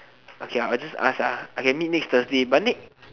okay uh I'll just ask ah I can meet next thursday but next